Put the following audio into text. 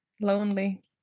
lonely